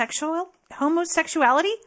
homosexuality